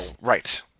right